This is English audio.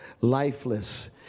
lifeless